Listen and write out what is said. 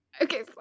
okay